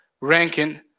ranking